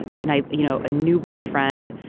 in a you know, a new boyfriend.